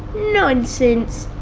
nonsense!